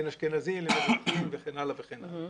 בין אשכנזים למזרחים וכן הלאה וכן הלאה.